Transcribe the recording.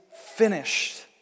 finished